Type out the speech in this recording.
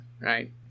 right